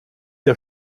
der